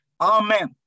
Amen